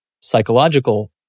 psychological